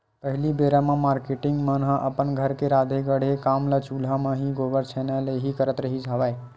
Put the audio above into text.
पहिली बेरा म मारकेटिंग मन ह अपन घर के राँधे गढ़े के काम ल चूल्हा म ही, गोबर छैना ले ही करत रिहिस हवय